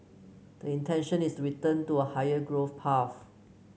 the intention is return to a higher growth path